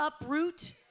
uproot